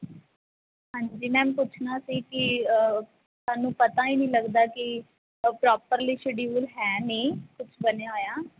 ਹਾਂਜੀ ਮੈਮ ਪੁੱਛਣਾ ਸੀ ਕਿ ਸਾਨੂੰ ਪਤਾ ਹੀ ਨਹੀਂ ਲੱਗਦਾ ਕਿ ਪ੍ਰੋਪਰਲੀ ਸ਼ਡਿਊਲ ਹੈ ਨਹੀਂ ਕੁਛ ਬਣਿਆ ਹੋਇਆ